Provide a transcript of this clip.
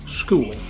school